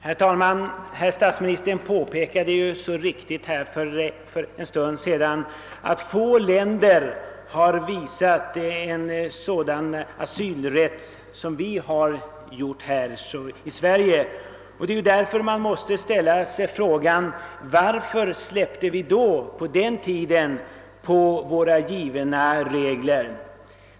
Herr talman! Statsministern påpekade så riktigt för en stund sedan att få länder har tillämpat asylrätten så generöst som vi har gjort här i Sverige. Men det är ju därför man måste ställa frågan: Varför släppte vi på den tiden på våra givna regler?